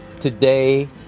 today